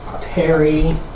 Terry